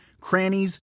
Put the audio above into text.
crannies